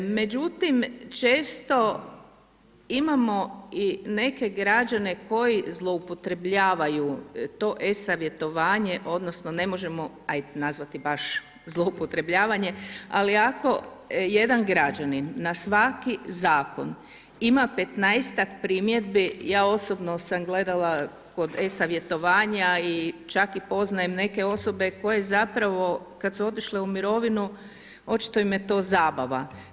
Međutim, često imamo i neke građane koji zloupotrebljavanju to e-savjetovanje, odnosno, ne možemo ih nazvati baš zloupotrebljavanje, ali ako jedan građanin na svaki zakon ima 15 primjedbi, ja osobno sam gledala kod e-savjetovanja, i čak poznajem i neke osobe koje zapravo kada su otišle u mirovinu, očito im je to zabava.